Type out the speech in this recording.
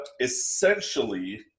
essentially